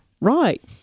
Right